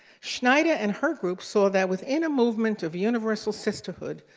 schneider and her group saw that within a movement of universal sisterhood,